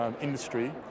industry